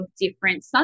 different